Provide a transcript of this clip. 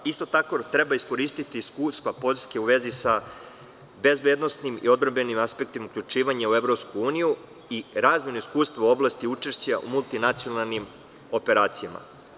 Isto tako, treba iskoristiti iskustva Poljske u vezi sa bezbednosnim i odbrambenim aspektima, uključivanje u EU i razmenu iskustva u oblasti učešća u multinacionalnim operacijama.